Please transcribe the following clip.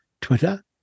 Twitter